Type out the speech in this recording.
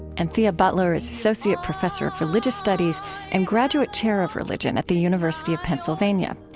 anthea butler is associate professor of religious studies and graduate chair of religion at the university of pennsylvania.